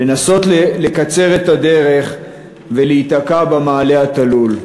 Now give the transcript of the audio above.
לנסות לקצר את הדרך ולהיתקע במעלה התלול.